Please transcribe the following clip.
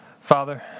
Father